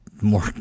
more